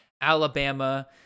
Alabama